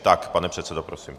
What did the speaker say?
Tak pane předsedo, prosím.